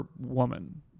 woman